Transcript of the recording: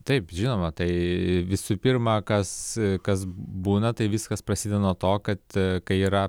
taip žinoma tai visų pirma kas kas būna tai viskas prasideda nuo to kad kai yra